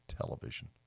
television